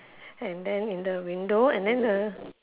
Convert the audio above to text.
and then in the window and then the